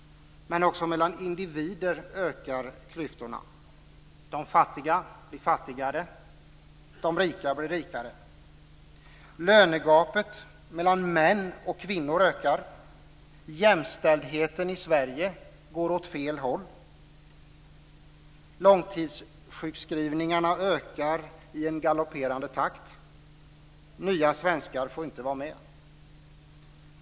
Men också mellan individer ökar klyftorna. De fattiga blir fattigare och de rika rikare. Lönegapet mellan män och kvinnor ökar. Jämställdheten i Sverige går åt fel håll. Långtidssjukskrivningarna ökar i en galopperande takt. Nya svenskar får inte vara med.